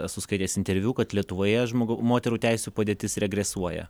esu skaitęs interviu kad lietuvoje žmogau moterų teisių padėtis regresuoja